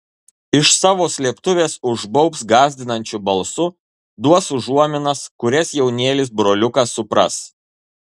iš savo slėptuvės užbaubs gąsdinančiu balsu duos užuominas kurias jaunėlis broliukas supras